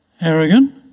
arrogant